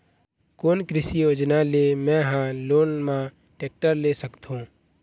कोन कृषि योजना ले मैं हा लोन मा टेक्टर ले सकथों?